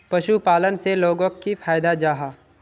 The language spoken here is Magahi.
पशुपालन से लोगोक की फायदा जाहा?